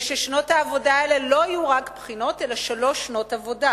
ושנות העבודה האלה לא יהיו רק בחינות אלא שלוש שנות עבודה,